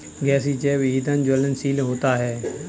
गैसीय जैव ईंधन ज्वलनशील होता है